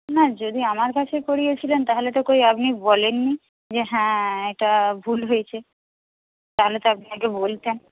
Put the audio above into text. না যদি আমার কাছে করিয়েছিলেন তাহলে তো কই আপনি বলেন নি যে হ্যাঁ এটা ভুল হয়েছে তাহলে তো আপনি আগে বলতেন